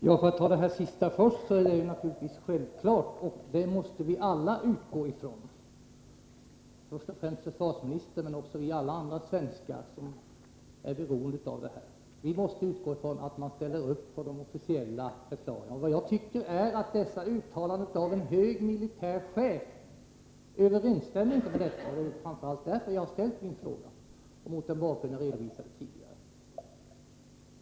Fru talman! För att ta det sista först, är det naturligtvis en självklarhet. Det måste vi alla utgå från — först och främst försvarsministern, men också alla vi andra svenskar som är beroende av försvaret. Vi måste utgå från att man ställer upp bakom de officiella förklaringarna. Men jag tycker inte att de här uttalandena av en hög militär chef överensstämmer med dessa förklaringar. Det är framför allt därför jag har ställt min fråga, och mot den bakgrund jag redovisade tidigare.